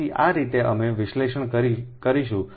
તેથી આ રીતે અમે વિશ્લેષણ કરીશું